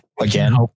again